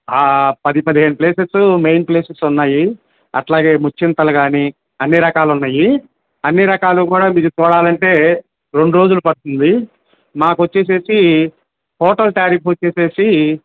పది పదిహేను places main places ఉన్నాయి అలాగే ముచ్చింతలు కానీ అన్నీ రకాలున్నాయి అన్నీ రకాలు కూడా మీరు చూడాలంటే రెండు రోజులు పడుతుంది మాకొచ్చేసి హోటల్ టారిఫ్ వచ్చేసి